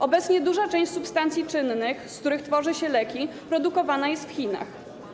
Obecnie duża część substancji czynnych, z których tworzy się leki, produkowana jest w Chinach.